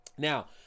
Now